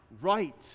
right